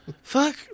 Fuck